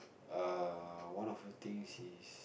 err one of the things is